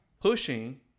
pushing